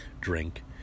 drink